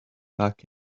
back